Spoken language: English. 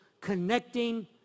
Connecting